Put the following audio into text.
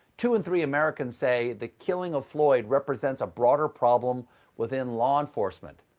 two in three americans say the killing of floyd represents a broader problem within law enforcement.